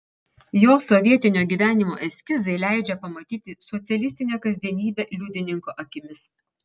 jo sovietinio gyvenimo eskizai leidžia pamatyti socialistinę kasdienybę liudininko akimis